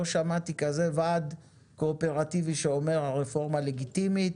לא שמעתי כזה ועד קואופרטיבי שאומר שהרפורמה לגיטימית,